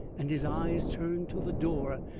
and his eyes turned to the door,